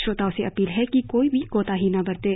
श्रोताओं से अपील है कि कोई भी कोताही न बरतें